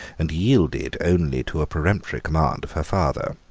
and yielded only to a peremptory command of her father.